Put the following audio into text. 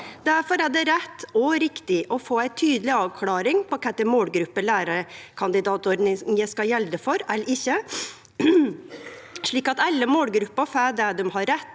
Difor er det rett og riktig å få ei tydeleg avklaring på kva målgrupper lærekandidatordninga skal og ikkje skal gjelde for, slik at alle målgruppene får det dei har rett